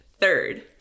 third